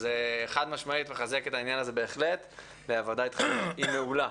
חד משמעית מחזק את העניין הזה והעבודה איתכם היא מעולה.